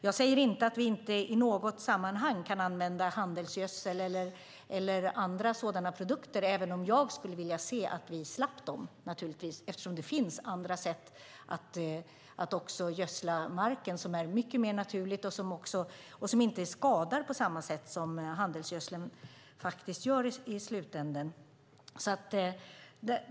Jag säger inte att vi inte i något sammanhang kan använda handelsgödsel eller andra sådana produkter, även om jag skulle vilja se att vi slapp dem eftersom det finns andra sätt att gödsla marken som är mycket mer naturliga och som inte skadar på samma sätt som handelsgödseln faktiskt gör i slutändan.